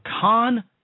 con